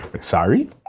Sorry